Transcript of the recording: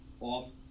off